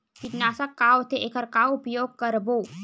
कीटनाशक का होथे एखर का उपयोग करबो?